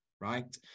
right